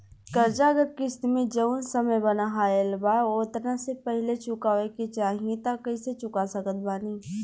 कर्जा अगर किश्त मे जऊन समय बनहाएल बा ओतना से पहिले चुकावे के चाहीं त कइसे चुका सकत बानी?